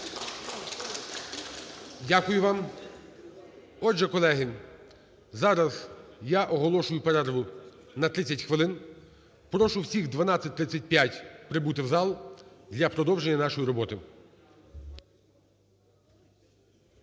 Дякую вам. Отже, колеги, зараз я оголошую перерву на 30 хвилин. Прошу всіх о 12:35 прибути в зал для продовження нашої роботи.